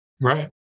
right